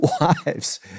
wives